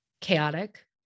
chaotic